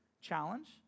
challenge